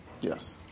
Yes